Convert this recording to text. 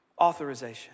authorization